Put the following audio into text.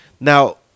Now